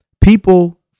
people